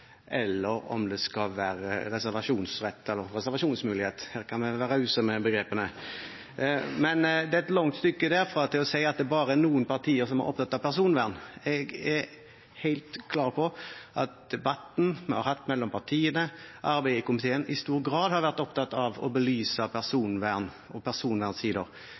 eller om det skal være reservasjonsrett eller reservasjonsmulighet – her kan vi være rause med begrepene. Men det er et langt stykke derfra til å si at det bare er noen partier som er opptatt av personvern. Jeg er helt klar på at debatten vi har hatt mellom partiene, og arbeidet i komiteen, i stor grad har vært opptatt av å belyse personvern og